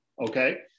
okay